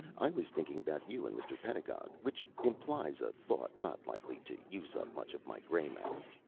i was thinking about you and mr. pedagog which implies a thought not likely to use up much of my gray matter.